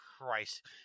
Christ